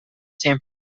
san